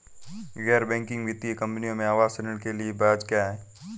गैर बैंकिंग वित्तीय कंपनियों में आवास ऋण के लिए ब्याज क्या है?